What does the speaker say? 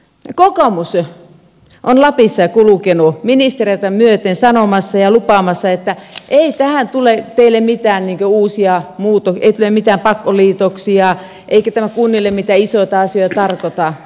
kokoomus on lapissa kulkenut ministereitä myöten sanomassa ja lupaamassa että pyritään tulee teille mitään eikä uusia huuto ei tule mitään pakkoliitoksia eikä tämä kunnille mitään isoja asioita tarkoita